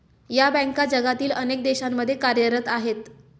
या बँका जगातील अनेक देशांमध्ये कार्यरत आहेत